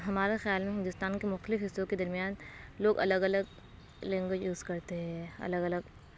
ہمارے خیال میں ہندوستان کے مختلف حصّوں کے درمیان لوگ الگ الگ لینگویج یوز کرتے ہے الگ الگ